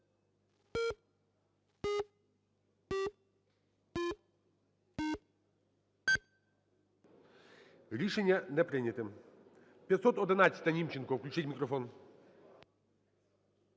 Рішення не прийняте. 511-а,Німченко. Включіть мікрофон.